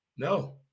No